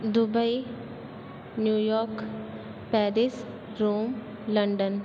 Dubai New York Paris Rome London